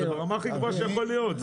זה ברמה הכי גבוהה שיכולה להיות.